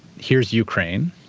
here's ukraine,